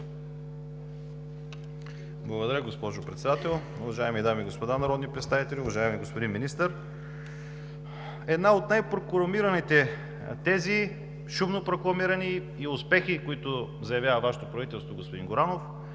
Благодаря, госпожо Председател. Уважаеми дами и господа народни представители, уважаеми господин Министър! Една от най-шумно прокламираните тези и успехи, които заявява Вашето правителство, господин Горанов,